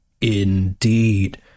indeed